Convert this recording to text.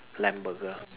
lamb burger